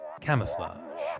Camouflage